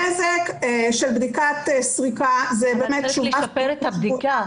נזק של בדיקת סריקה זה באמת --- צריכים לשפר את הבדיקה,